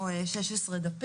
אצלינו-שום דבר.